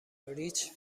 ریچ